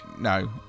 no